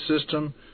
system